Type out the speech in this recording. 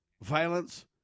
violence